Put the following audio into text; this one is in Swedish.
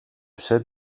sett